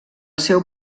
seu